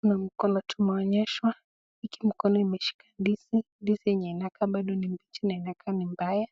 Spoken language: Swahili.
Kuna mkono tumeonyeshwa. Hiki mkono imeshika ndizi. Ndizi yenye inakaa bado ni mbichi na inakaa ni mbaya.